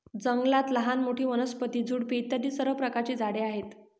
जंगलात लहान मोठी, वनस्पती, झुडपे इत्यादी सर्व प्रकारची झाडे आहेत